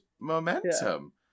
momentum